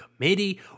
committee